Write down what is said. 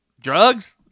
drugs